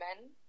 men